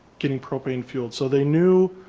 getting propane fuel. so they knew